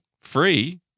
free